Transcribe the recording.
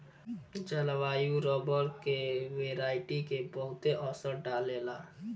जलवायु रबर के वेराइटी के बहुते असर डाले ला